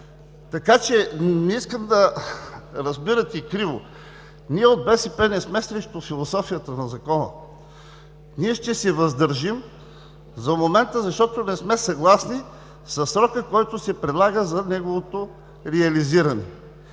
Не искам да разбирате криво, ние от БСП не сме срещу философията на Закона. Ние ще се въздържим за момента, защото не сме съгласни със срока, който се предлага за неговото реализиране.